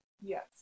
yes